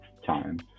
Time